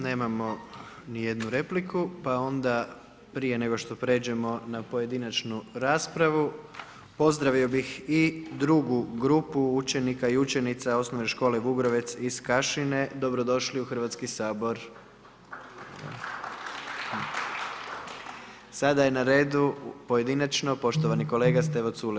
Nemamo nijednu repliku, pa onda prije nego što prijeđemo na pojedinačnu raspravu, pozdravio bih i drugu grupu učenika i učenica Osnovne škole Vugrovec iz Kašine, dobrodošli u Hrvatski sabor. Sada je na redu poštovani kolega Stevo Culej.